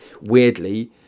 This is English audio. weirdly